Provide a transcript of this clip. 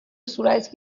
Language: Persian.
صورت